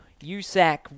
USAC